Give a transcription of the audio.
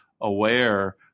aware